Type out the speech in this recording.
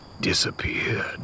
disappeared